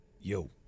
Yo